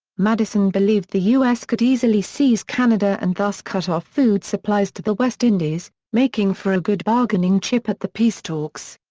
madison believed the u s. could easily seize canada and thus cut off food supplies to the west indies, making for a good bargaining chip at the peace talks.